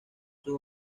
sus